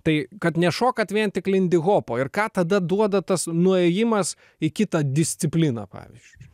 tai kad nešokat vien tik lindihopo ir ką tada duoda tas nuėjimas į kitą discipliną pavyzdž